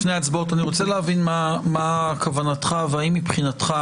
לפני ההצבעות אני רוצה להבין מה כוונתך והאם מבחינתך